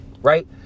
right